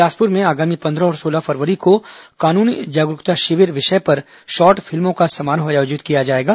बिलासपुर में आगामी पंद्रह और सोलह फरवरी को कानूनी जागरूकता शिविर विषय पर शॉर्ट फिल्मों का समारोह आयोजित किया जाएगा